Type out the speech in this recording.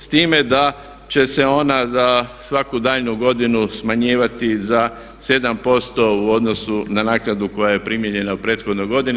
S time da će se ona za svaku daljnju godinu smanjivati za 7% u odnosu na naknadu koja je primijenjena u prethodnoj godini.